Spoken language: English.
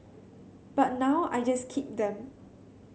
but now I just keep them